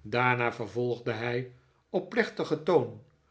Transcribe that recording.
daarna vervolgde hij op plechtigen toon